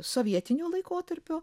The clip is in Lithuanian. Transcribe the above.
sovietinio laikotarpio